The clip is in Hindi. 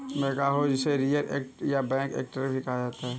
बैकहो जिसे रियर एक्टर या बैक एक्टर भी कहा जाता है